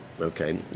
okay